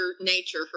Nature